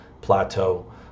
plateau